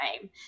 time